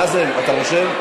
נאזם, אתה רושם?